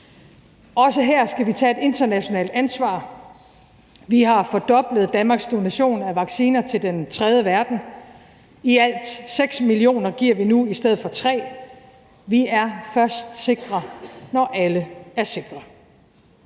også her skal vi tage et internationalt ansvar. Vi har fordoblet Danmarks donation af vacciner til den tredje verden. I alt 6 millioner giver vi nu i stedet for 3 millioner. Vi er først sikre, når alle er sikre.